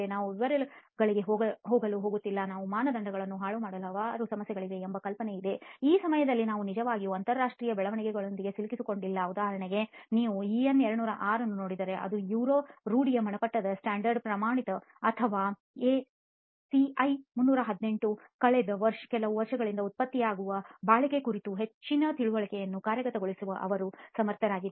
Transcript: ನಾನು ವಿವರಗಳಿಗೆ ಹೋಗಲು ಹೋಗುತ್ತಿಲ್ಲ ನಮ್ಮ ಮಾನದಂಡಗಳನ್ನು ಹಾಳುಮಾಡುವ ಹಲವಾರು ಸಮಸ್ಯೆಗಳಿವೆ ಎಂಬ ಕಲ್ಪನೆ ಇದೆ ಈ ಸಮಯದಲ್ಲಿ ನಾವು ನಿಜವಾಗಿಯೂ ಅಂತರರಾಷ್ಟ್ರೀಯ ಬೆಳವಣಿಗೆಗಳೊಂದಿಗೆ ಸಿಲುಕಿಕೊಂಡಿಲ್ಲ ಉದಾಹರಣೆಗೆ ನೀವು ಇಎನ್ 206 ಅನ್ನು ನೋಡಿದಾಗ ಅದು ಯೂರೋರೂಢಿಯ ಮಟ್ಟದ ಪ್ರಮಾಣಿತ ಅಥವಾ ಎಸಿಐ 318 ಕಳೆದ ಕೆಲವು ವರ್ಷಗಳಿಂದ ಉತ್ಪತ್ತಿಯಾಗುವ ಬಾಳಿಕೆ ಕುರಿತು ಹೆಚ್ಚಿನ ತಿಳುವಳಿಕೆಯನ್ನು ಕಾರ್ಯಗತಗೊಳಿಸಲು ಅವರು ಸಮರ್ಥರಾಗಿದ್ದಾರೆ